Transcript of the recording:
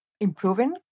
improving